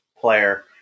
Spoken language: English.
player